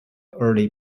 early